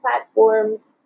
platforms